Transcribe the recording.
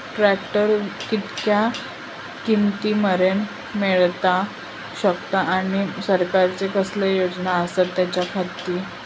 Tractor कितक्या किमती मरेन मेळाक शकता आनी सरकारचे कसले योजना आसत त्याच्याखाती?